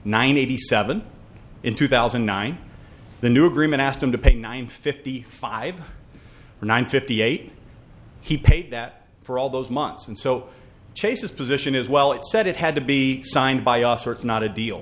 ninety seven in two thousand and nine the new agreement asked him to pay nine fifty five nine fifty eight he paid that for all those months and so chase's position is well it said it had to be signed by all sorts not a deal